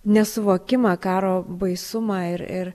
nesuvokimą karo baisumą ir ir